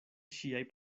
ŝiaj